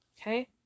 Okay